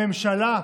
הממשלה,